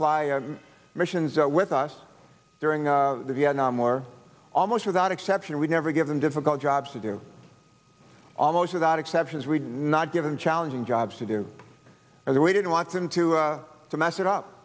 fly missions with us during the vietnam war almost without exception we never give them difficult jobs to do almost without exceptions we did not give them challenging jobs to do and we didn't want them to mess it up